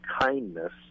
kindness